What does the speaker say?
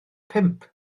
pump